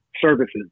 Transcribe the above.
services